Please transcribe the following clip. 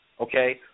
Okay